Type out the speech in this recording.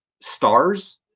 stars